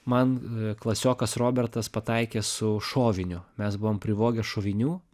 man klasiokas robertas pataikė su šoviniu mes buvom privogę šovinių